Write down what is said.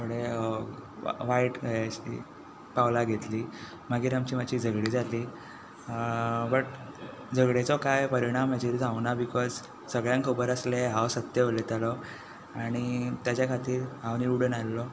थोडीं वायट पावलां घेतलीं मागीर आमची मातशी झगडी जाल्ली बट झगडेचो काय परीणाम म्हजेर जावंक ना बिकोज सगळ्यांक खबर आसलें हांव सत्य उलयतालो आनी ताज्या खातीर हांव निवडून आयलो